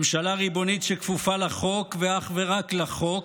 ממשלה ריבונית שכפופה לחוק ואך ורק לחוק,